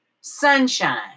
sunshine